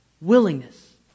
Willingness